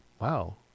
wow